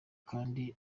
kandi